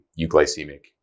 euglycemic